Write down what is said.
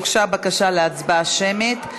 הוגשה בקשה להצבעה שמית.